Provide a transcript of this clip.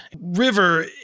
River